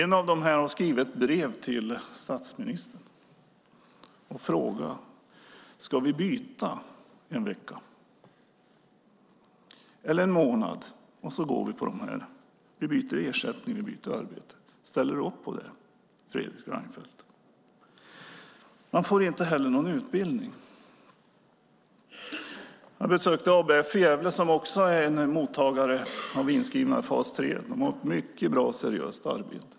En av dem hade skrivit brev till statsministern och frågat: Ska vi byta en vecka eller en månad? Vi kan byta ersättning och arbete. Ställer du upp på det, Fredrik Reinfeldt? Inte heller får man någon utbildning. Vi besökte även ABF i Gävle som också är mottagare av inskrivna i fas 3. De gör ett mycket bra och seriöst arbete.